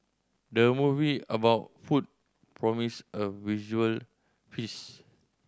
the movie about food promise a visual feast